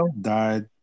Died